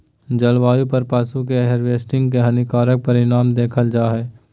जलवायु पर पशु के हार्वेस्टिंग के हानिकारक परिणाम देखल जा हइ